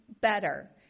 better